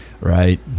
Right